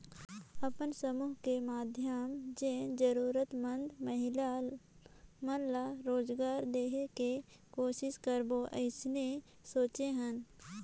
अपन समुह के माधियम जेन जरूरतमंद महिला मन ला रोजगार देहे के कोसिस करबो अइसने सोचे हन